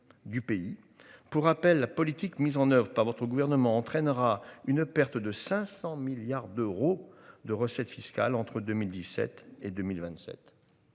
Pour rappel la politique mise en oeuvre par votre gouvernement entraînera une perte de 500 milliards d'euros de recettes fiscales entre 2017 et 2027.